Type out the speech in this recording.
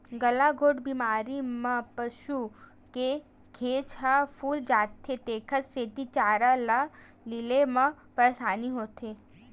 गलाघोंट बेमारी म पसू के घेंच ह फूल जाथे तेखर सेती चारा ल लीले म परसानी होथे